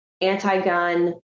anti-gun